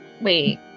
Wait